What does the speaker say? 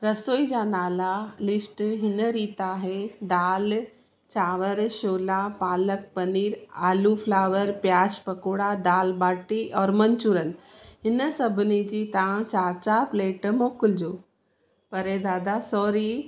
रसोई जा नाला लिस्ट हिन रीति आहे दाल चांवर छोला पालक पनीर आलू फ्लावर प्याज पकोड़ा दाल बाटी और मंचुरन हिन सभिनी जी तव्हां चारि चारि प्लेट मोकिलिजो पर दादा सॉरी